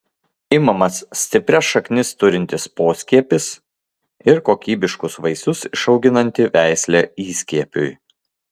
imamas stiprias šaknis turintis poskiepis ir kokybiškus vaisius išauginanti veislė įskiepiui